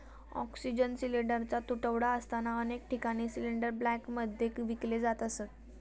oxygen सिलिंडरचा तुटवडा असताना अनेक ठिकाणी सिलिंडर ब्लॅकमध्ये विकले जात असत